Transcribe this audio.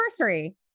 anniversary